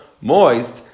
moist